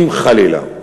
אם חלילה.